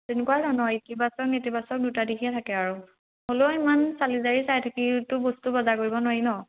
তেনেকুৱা ধৰণৰ ইতিবাচক নেতিবাচক দুটা দিশে থাকে আৰু হ'লেও ইমান চালি জাৰি চাই থাকিটো বস্তু বজাৰ কৰিব নোৱাৰি ন